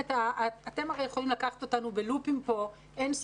אתם הרי יכולים לקחת אותנו בלופים אין-סופיים